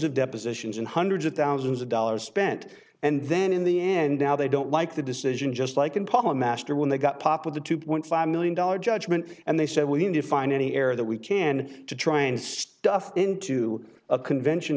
of depositions and hundreds of thousands of dollars spent and then in the end now they don't like the decision just like in palm master when they got popped with a two point five million dollar judgment and they said we're going to find any error that we can to try and stuff into a convention